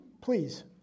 please